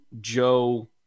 Joe